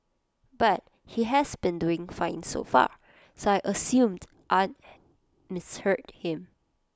but he has been doing fine so far so I assumed I'd misheard him